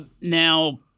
now